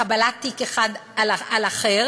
קבלת תיק אחד על אחר